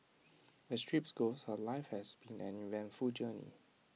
as trips go her life has been an eventful journey